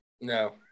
No